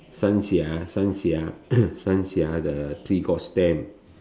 Sanxia Sanxia Sanxia the three gorge there